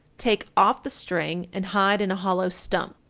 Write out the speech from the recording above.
take off the string and hide in a hollow stump.